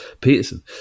Peterson